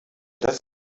das